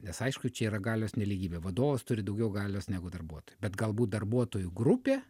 nes aišku čia yra galios nelygybė vadovas turi daugiau galios negu darbuotojai bet galbūt darbuotojų grupė